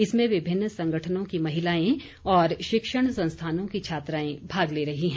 इसमें विभिन्न संगठनों की महिलाएं और शिक्षण संस्थानों की छात्राएं भाग ले रही हैं